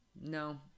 No